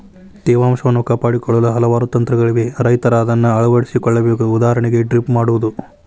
ತೇವಾಂಶವನ್ನು ಕಾಪಾಡಿಕೊಳ್ಳಲು ಹಲವಾರು ತಂತ್ರಗಳಿವೆ ರೈತರ ಅದನ್ನಾ ಅಳವಡಿಸಿ ಕೊಳ್ಳಬೇಕು ಉದಾಹರಣೆಗೆ ಡ್ರಿಪ್ ಮಾಡುವುದು